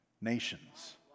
Nations